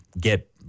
get